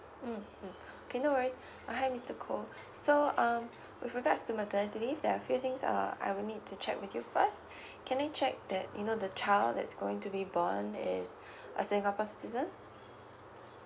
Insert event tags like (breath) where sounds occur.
mm mm okay no worries uh hi mister koh so um with regards to maternity leave there are a few things err I will need to check with you first (breath) can I check that you know the child that is going to be born is (breath) a singapore citizen